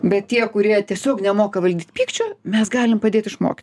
bet tie kurie tiesiog nemoka valdyt pykčio mes galim padėt išmokyt